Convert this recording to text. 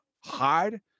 hard